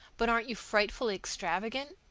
but aren't you frightfully extravagant?